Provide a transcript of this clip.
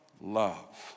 love